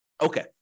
Okay